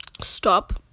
stop